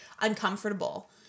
uncomfortable